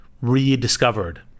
rediscovered